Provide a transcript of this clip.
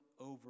over